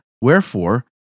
wherefore